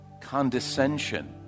Condescension